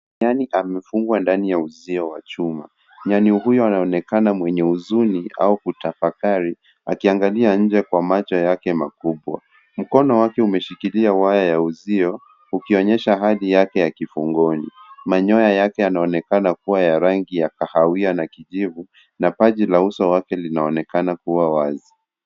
Nyani amefungwa ndani ya uzio wachuma. Nyani huyo anaonekana mwenye uzuni au kutafakari, akiangalia nje kwa macho yake makubwa. Mkono wake umeshikilia waya ya uzio, ukionyesha hadi yake ya kifungoni. Manyoya yake yanonekana kuwa ya rangi ya kahawia na kijivu na paji la uso wake linaonekana kuwa wazi.